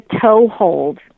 toehold